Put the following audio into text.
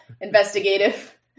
investigative